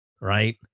Right